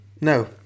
No